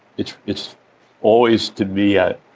it's it's always to be at.